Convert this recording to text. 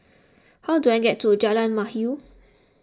how do I get to Jalan Mahir